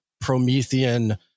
Promethean